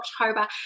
October